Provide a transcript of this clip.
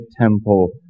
temple